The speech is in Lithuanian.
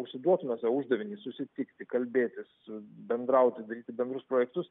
užsiduotume sau uždavinį susitikti kalbėtis bendrauti daryti bendrus projektus